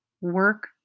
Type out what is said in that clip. work